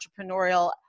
entrepreneurial